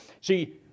See